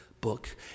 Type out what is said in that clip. book